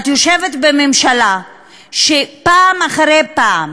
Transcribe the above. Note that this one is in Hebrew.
את יושבת בממשלה שפעם אחרי פעם